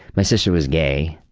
my sister was gay,